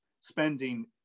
spending